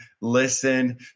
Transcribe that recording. listen